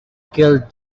killed